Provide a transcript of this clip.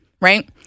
right